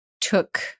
took